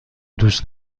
دوست